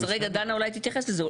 אז רגע, דנה אולי תתייחס לזה.